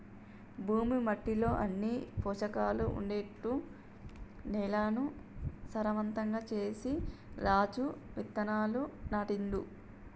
భూమి మట్టిలో అన్ని పోషకాలు ఉండేట్టు నేలను సారవంతం చేసి రాజు విత్తనాలు నాటిండు